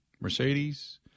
Mercedes